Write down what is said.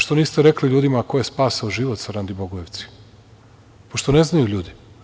Što niste rekli ljudima ko je spasao život Sarandi Bogojevci pošto ne znaju ljudi?